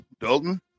Dalton